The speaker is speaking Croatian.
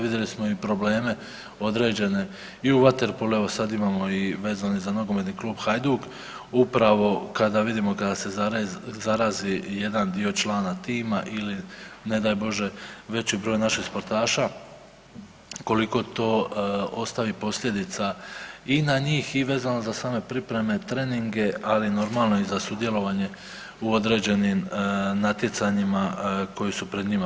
Vidjeli smo i probleme određene i u vaterpolu, evo sad imamo i vezano za Nogometni klub Hajduk, upravo kada vidimo kada se zarazi jedan dio člana tima ili ne daj Bože veći broj naših sportaša koliko to ostavi posljedica i na njih i vezano za same pripreme, treninge ali normalno i za sudjelovanje u određenim natjecanjima koji su pred njima.